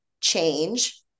change